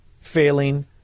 failing